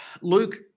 Luke